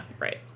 right